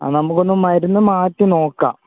ആ നമുക്കൊന്ന് മരുന്നു മാറ്റി നോക്കാം